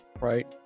Right